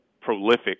prolific